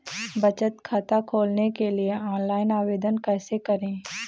बचत खाता खोलने के लिए ऑनलाइन आवेदन कैसे करें?